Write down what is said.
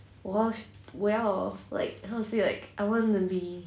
!wah! well like how to say like I want to be